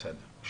בסדר.